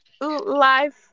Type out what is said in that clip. life